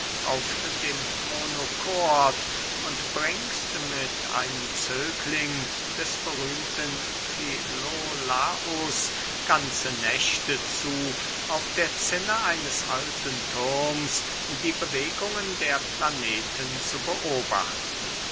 auf dem monokord und bringst mit einem zögling des berühmten filolaus ganze nächte zu auf der zinne eines alten thurms die bewegungen der planeten zu beobachten